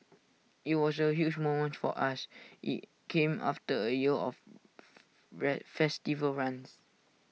IT was A huge moment for us IT came after A year of Fred festival runs